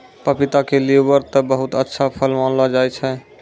पपीता क लीवर ल बहुत अच्छा फल मानलो जाय छै